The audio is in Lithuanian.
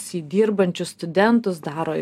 į dirbančius studentus daro